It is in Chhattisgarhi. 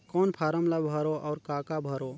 कौन फारम ला भरो और काका भरो?